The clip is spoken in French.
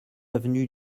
avenue